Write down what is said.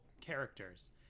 characters